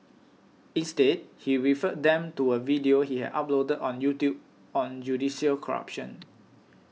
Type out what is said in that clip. instead he referred them to a video he had uploaded on YouTube on judicial corruption